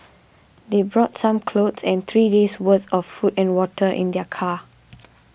they brought some clothes and three days' worth of food and water in their car